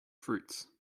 fruits